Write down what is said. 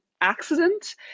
accident